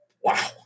Wow